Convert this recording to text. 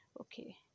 Okay